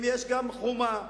אם גם יש חומה,